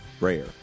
Rare